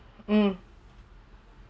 mm